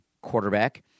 quarterback